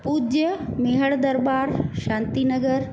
पूज्य मेहण दरबार शांति नगर